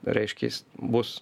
reiškia jis bus